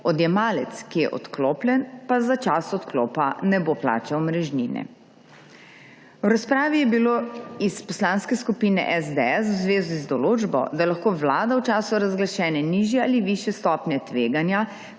odjemalec, ki je odklopljen, pa za čas odklopa ne bo plačal omrežnine. V razpravi je bilo iz Poslanske skupine SDS v zvezi z določbo, da lahko vlada v času razglašene nižje ali višje stopnje tveganja